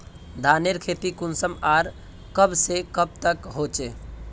धानेर खेती कुंसम आर कब से कब तक होचे?